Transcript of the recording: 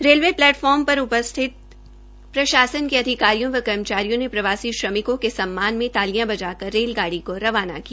railway platform का उपस्थित प्रशासन के अधिकारियों व कर्मचारियों ने प्रवासी श्रमिकों के सम्मान में तालियां बजाकर रेलगाड़ी को रवाना किया